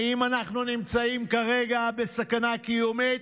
האם אנחנו נמצאים כרגע בסכנה קיומית?